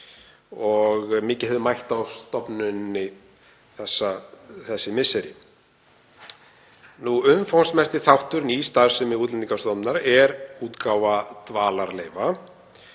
mikið mætt á stofnuninni þessi misseri. Umfangsmesti þáttur í starfsemi Útlendingastofnunar er útgáfa dvalarleyfa,